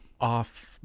off-